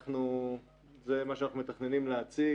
זה מה שאנחנו מתכננים להציג.